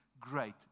great